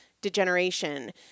degeneration